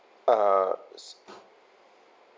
uh